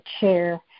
chair